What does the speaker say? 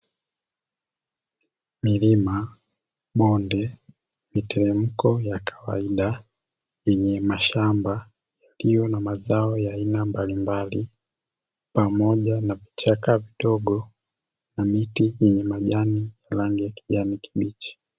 Milima, bonde miteremko ya kawaida yenye mashamba iliyo na mazao ya aina mbalimbali, pamoja na vichaka vidogo na miti yenye majani ya rangi ya kijani kibichi.